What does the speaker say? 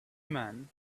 man